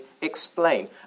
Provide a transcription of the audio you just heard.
explain